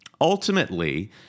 Ultimately